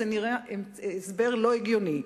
נראה הסבר לא הגיוני.